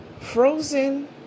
frozen